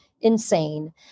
insane